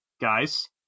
guys